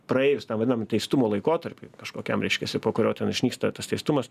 praėjus tam vadinamam teistumo laikotarpiui kažkokiam reiškiasi po kurio ten išnyksta tas teistumas